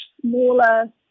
smaller